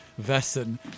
Vesson